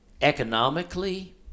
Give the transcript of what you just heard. economically